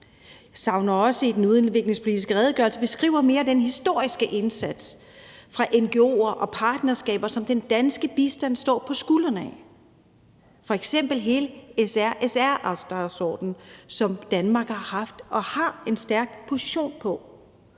Jeg savner også i den udviklingspolitiske redegørelse, at man mere beskriver den historiske indsats fra ngo'er og partnerskaber, som den danske bistand står på skuldrene af. Der er f.eks. hele SRSR-dagsordenen, som Danmark har haft og har en stærk position i